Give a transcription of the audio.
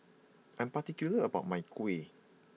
I'm particular about my Kuih